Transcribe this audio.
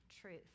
truth